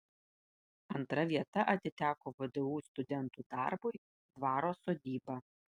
antra vieta atiteko vdu studentų darbui dvaro sodyba